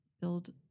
build